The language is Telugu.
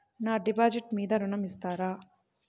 నా డిపాజిట్ మీద ఋణం ఇస్తారా?